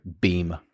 beam